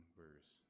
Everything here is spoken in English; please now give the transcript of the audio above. verse